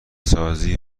سازی